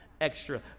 extra